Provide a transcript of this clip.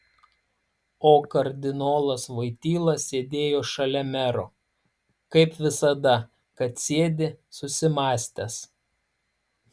o kardinolas voityla sėdėjo šalia mero kaip visada kad sėdi susimąstęs